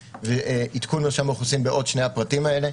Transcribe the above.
ועדכון מרשם האוכלוסין בשני הפרטים האלה.